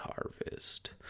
Harvest